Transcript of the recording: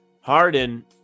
Harden